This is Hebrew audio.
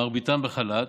מרביתם בחל"ת.